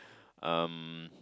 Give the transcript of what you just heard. um